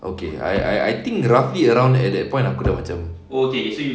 okay I I think roughly around at that point aku dah macam